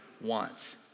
wants